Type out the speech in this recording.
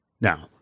Now